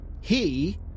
he